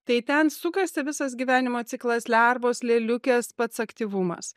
tai ten sukasi visas gyvenimo ciklas lervos lėliukės pats aktyvumas